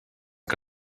que